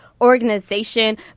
organization